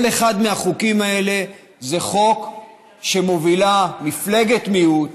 כל אחד מהחוקים האלה זה חוק שמובילה מפלגת מיעוט,